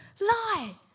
lie